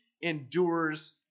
endures